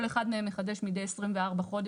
כל אחד מהם מחדש מידי 24 חודש,